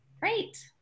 Great